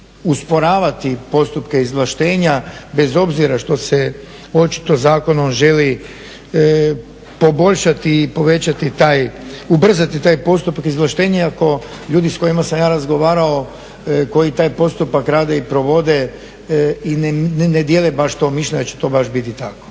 usporavati postupke izvlaštenja bez obzira što se očito zakonom želi poboljšati i povećati taj, ubrzati taj postupak izvlaštenja. Iako ljudi s kojima sam ja razgovarao koji taj postupak rade i provode i ne dijele baš to mišljenje da će to baš biti tako.